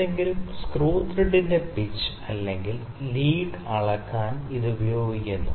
ഏതെങ്കിലും സ്ക്രൂ ത്രെഡിന്റെ പിച്ച് അല്ലെങ്കിൽ ലീഡ് അളക്കാൻ ഇത് ഉപയോഗിക്കുന്നു